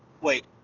Wait